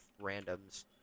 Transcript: randoms